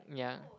ya